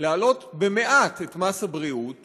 להעלות במעט את מס הבריאות